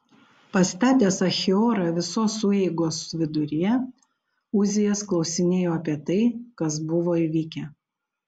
pastatęs achiorą visos sueigos viduryje uzijas klausinėjo apie tai kas buvo įvykę